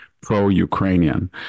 pro-Ukrainian